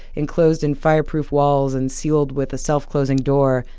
enclosed in fireproof walls and sealed with a self closing door,